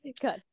Good